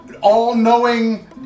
all-knowing